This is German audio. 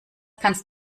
kannst